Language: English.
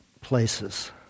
places